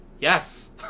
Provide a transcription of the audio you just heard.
yes